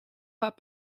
pas